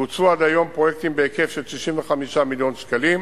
בוצעו עד היום פרויקטים בהיקף של 65 מיליון שקלים,